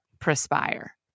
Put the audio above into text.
perspire